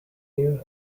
new